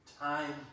Time